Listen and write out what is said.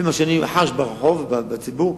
לפי מה שאני חש ברחוב, בציבור,